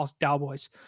Cowboys